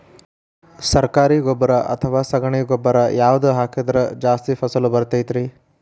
ಸರಕಾರಿ ಗೊಬ್ಬರ ಅಥವಾ ಸಗಣಿ ಗೊಬ್ಬರ ಯಾವ್ದು ಹಾಕಿದ್ರ ಜಾಸ್ತಿ ಫಸಲು ಬರತೈತ್ರಿ?